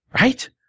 Right